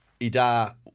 Ida